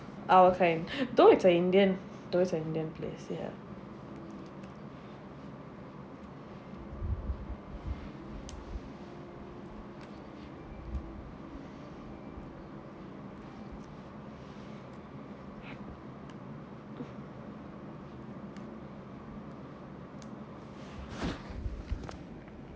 our kind though it's a indian those indian places yup